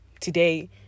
today